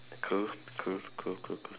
cool cool cool cool cool